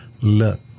look